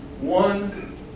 One